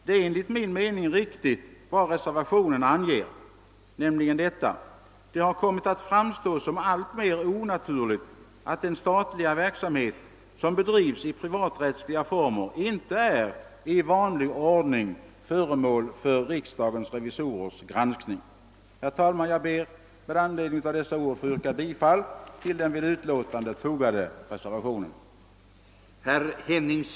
Det är som vi har framhållit i reservationen till konstitutionsutskottets utlåtande nr 43: »Det har med tiden kommit att framstå som alltmer onaturligt, att den statliga verksamhet, som bedrivs i privaträttsliga former, inte är i vanlig ordning föremål för revisorernas granskning.» Jag kommer, herr talman, att yrka bifall till denna reservation sedan utskottsutlåtandet föredragits.